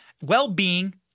well-being